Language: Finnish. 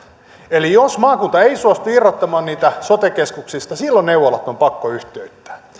eli jos maakunta ei suostu irrottamaan niitä sote keskuksista silloin neuvolat on pakko yhtiöittää